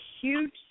huge